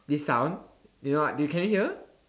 this sound you know what can you hear